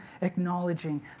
acknowledging